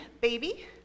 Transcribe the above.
baby